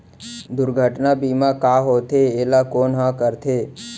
दुर्घटना बीमा का होथे, एला कोन ह करथे?